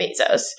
Bezos